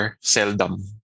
seldom